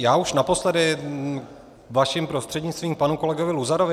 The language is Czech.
Já už naposledy vaším prostřednictvím k panu kolegovi Luzarovi.